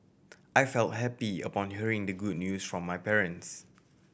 I felt happy upon hearing the good news from my parents